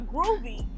Groovy